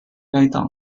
该党